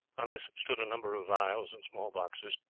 on this stood a number of phials and small boxes,